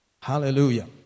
hallelujah